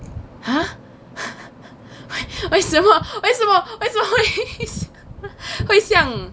!huh! 为什么为什么为什么会像